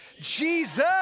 Jesus